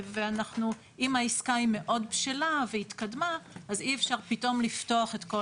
אם העסקה התקדמה אז אי-אפשר פתאום לפתוח את כל